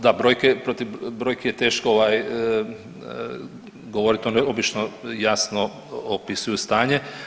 Da, brojke protiv brojki je teško govoriti one obično jasno opisuju stanje.